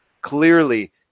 clearly